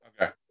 Okay